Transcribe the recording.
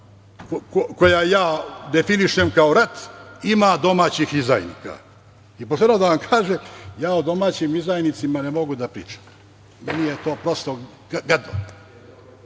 koja ja definišem kao rat ima domaćih izdajnika. I pošteno da vam kažem, ja o domaćim izdajnicima ne mogu da pričam, meni je to gadno.